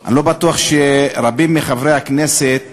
אני לא בטוח שרבים מחברי הכנסת